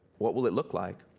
what will it look like,